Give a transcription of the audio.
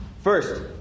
First